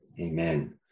amen